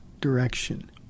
direction